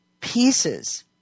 pieces